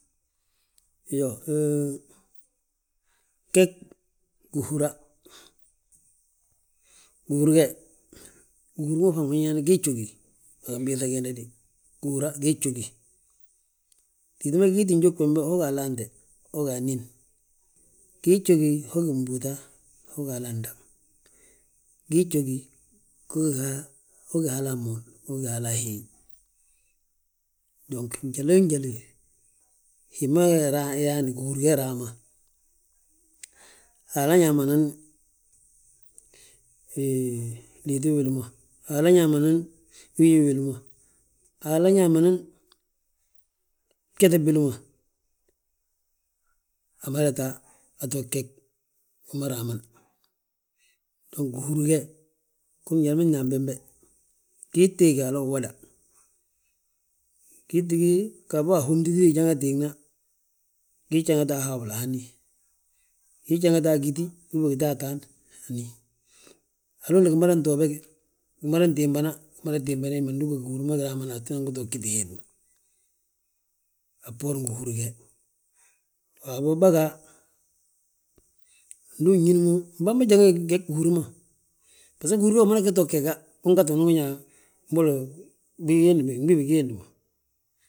Iyoo geg gihύra, gihύri ge, gihύr ma faŋ ma nñaana ngi jόgi, a ginbiiŧa giinda ge dé, gihύri ge gii jjόgi, gii jjόgi. Titi ma gii ttin jόgi bembe ho ga alaante, ho ga anín, gii jjόgi ho gí mbύuta, ho ga hal andaŋ, gii jjόgi ho ga hala amoon, ho gí hala ahiiy. Dong njaloo njaali hi ma yaani gihύri ge raama Haala ñaamani, Haala ñamanan liitu uwili, Haala ñaamanan wiyi uwili, Haala ñaamanan bjéte bwili ma. Amada taa ato geg wima raaman. Dong gihuri ge, njali ma nyaam bembe, gii téegi hala uwoda, gii tti gi ggaafo ahomti hi gijanga teegna, gii jjanga ta a hawula hani, gii jjanga ta agiti, uw gi ta ataan hani. Haloolo gimand too be, gimada timba, amada timbani hédma, ndu ugi mo gihύri ma gi raama atinan gi to giti hemma. A bboorin gihύri ge, waabo bàga, ndu uñin mo, mbàmba janga gegi gihύra, basgo gihuri ge umada gi to gega ungaŧi unan wi ñaa mbolo gbii bigiindi ma.